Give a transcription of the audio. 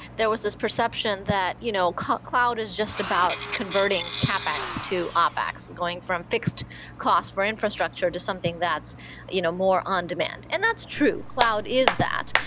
there was this perception that you know cloud is just about converting capex to opex. going from fixed cost for infrastructure to something that's you know more on demand, and that's true. cloud is that.